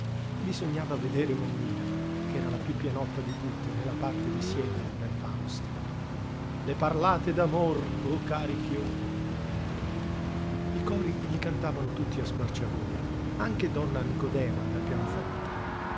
bisognava vedere mommina ch'era la piú pienotta di tutte nella parte di siebel nel faust le parlate d'amor o cari fior i cori li cantavano tutti a squarciagola anche donna nicodema dal pianoforte